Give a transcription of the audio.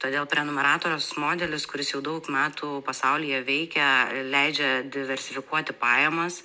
todėl prenumeratos modelis kuris jau daug metų pasaulyje veikia leidžia diversifikuoti pajamas